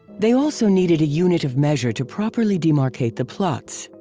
they also needed a unit of measurement to properly demarcate the plots.